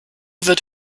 wird